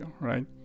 right